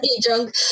drunk